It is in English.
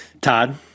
Todd